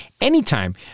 anytime